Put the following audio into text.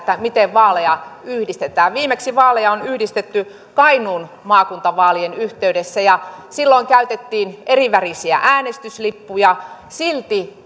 miten vaaleja yhdistetään viimeksi vaaleja on yhdistetty kainuun maakuntavaalien yhteydessä ja silloin käytettiin erivärisiä äänestyslippuja ja silti